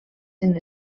sent